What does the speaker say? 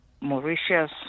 Mauritius